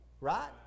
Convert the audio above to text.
Right